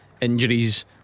injuries